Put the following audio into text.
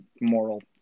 moral